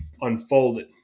unfolded